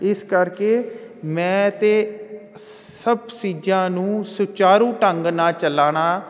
ਇਸ ਕਰਕੇ ਮੈਂ ਤਾਂ ਸਭ ਚੀਜ਼ਾਂ ਨੂੰ ਸੁਚਾਰੂ ਢੰਗ ਨਾਲ ਚਲਾਉਣਾ